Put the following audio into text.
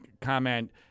comment